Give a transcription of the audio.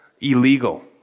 illegal